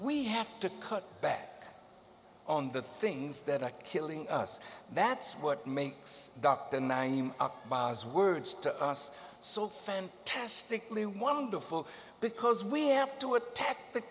we have to cut back on the things that are killing us that's what makes dr boz words to us so fantastically wonderful because we have to attack the